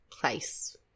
place